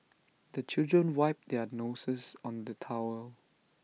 the children wipe their noses on the towel